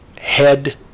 Head